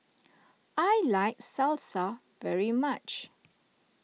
I like Salsa very much